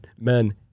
men